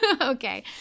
okay